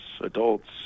adults